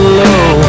low